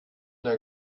dein